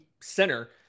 center